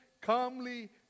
calmly